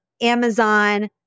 Amazon